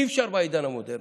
אי-אפשר בעידן המודרני.